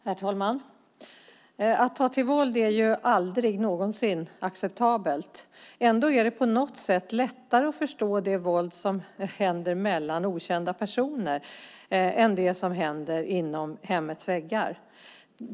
Herr talman! Att ta till våld är aldrig någonsin acceptabelt. Ändå är det på något sätt lättare att förstå det våld som förekommer mellan okända personer än det som sker inom hemmets väggar.